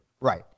Right